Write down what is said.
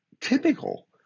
typical